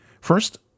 First